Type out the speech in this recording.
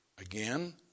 again